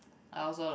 I also like